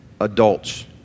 adults